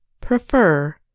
prefer